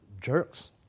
jerks